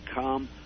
come